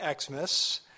Xmas